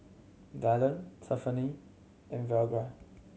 Dyllan Tiffani and Virgia